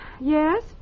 Yes